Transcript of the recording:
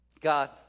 God